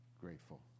grateful